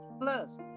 Plus